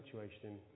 situation